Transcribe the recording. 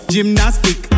Gymnastic